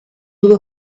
blew